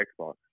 Xbox